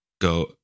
go